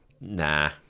Nah